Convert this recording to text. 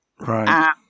Right